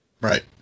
Right